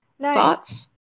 thoughts